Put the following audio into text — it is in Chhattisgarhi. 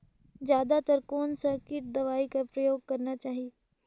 जादा तर कोन स किट दवाई कर प्रयोग करना चाही?